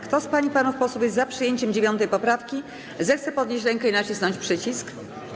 Kto z pań i panów posłów jest za przyjęciem 9. poprawki, zechce podnieść rękę i nacisnąć przycisk.